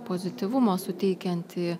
pozityvumo suteikiantį